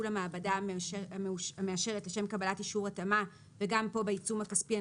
למעבדה המאושרת לשם קבלת אישור התאמה" וגם פה בעיצום הכספי,